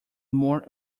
more